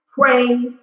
pray